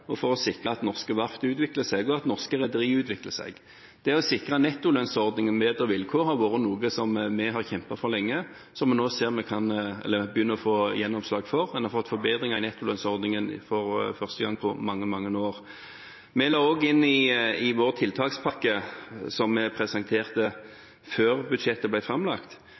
for å sikre at norske verft utvikler seg, og at norske rederier utvikler seg. Det å sikre nettolønnsordningen bedre vilkår har vært noe vi har kjempet for lenge, og som vi nå begynner å få gjennomslag for. En har fått forbedringer i nettolønnsordningen for første gang på mange, mange år. Vi la også i inn vår tiltakspakke, som vi presenterte før budsjettet ble framlagt,